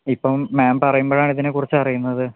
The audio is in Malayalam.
ഇപ്പം മാം പറയുമ്പഴാണ് ഇതിനെക്കുറിച്ച് അറിയുന്നത്